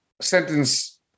sentence